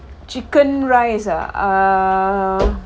chicken rice ah um